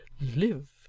live